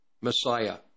Messiah